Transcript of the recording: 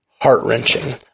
heart-wrenching